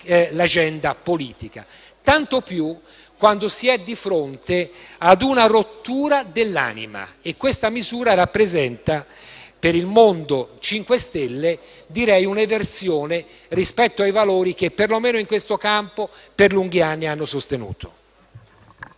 l'agenda politica, tanto più quando si è di fronte a una rottura dell'anima. Questa misura rappresenta, per il mondo 5 Stelle, un'eversione rispetto ai valori che, perlomeno in questo campo, per lunghi anni hanno sostenuto.